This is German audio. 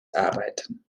arbeiten